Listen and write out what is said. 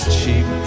cheap